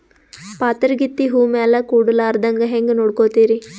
ಪಾತರಗಿತ್ತಿ ಹೂ ಮ್ಯಾಲ ಕೂಡಲಾರ್ದಂಗ ಹೇಂಗ ನೋಡಕೋತಿರಿ?